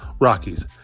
Rockies